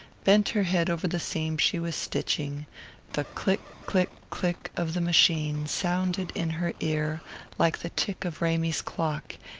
bent her head over the seam she was stitching the click, click, click of the machine sounded in her ear like the tick of ramy's clock,